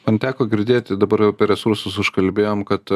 man teko girdėti dabar apie resursus užkalbėjom kad